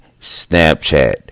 Snapchat